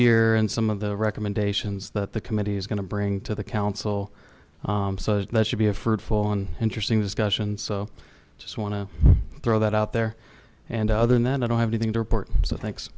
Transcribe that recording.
year and some of the recommendations that the committee is going to bring to the council so that should be a fruitful and interesting discussion so i just want to throw that out there and other than that i don't have anything to report th